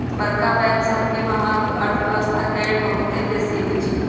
बड़का बैंक सबके महत्त अर्थव्यवस्था के लेल बहुत बेशी होइ छइ